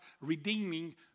redeeming